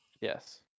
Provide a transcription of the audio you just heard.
Yes